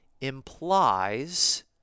implies